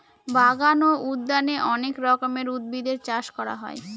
বাগান বা উদ্যানে অনেক রকমের উদ্ভিদের চাষ করা হয়